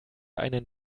einen